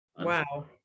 Wow